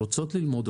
רוצות ללמוד,